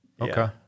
Okay